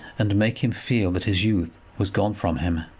and make him feel that his youth was gone from him.